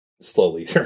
slowly